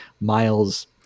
Miles